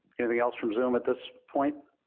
anything else from zoom at this point?